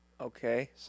Okay